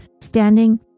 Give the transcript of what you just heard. standing